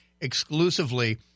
exclusively